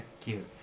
cute